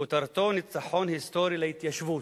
כותרתו: ניצחון היסטורי להתיישבות.